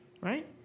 Right